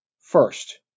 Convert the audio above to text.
First